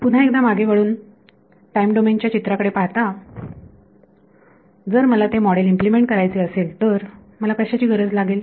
पुन्हा एकदा मागे वळून टाईम डोमेन च्या चित्राकडे पाहता जर मला ते मॉडेल इम्प्लिमेंट करायचे असेल तर मला कशाची गरज लागेल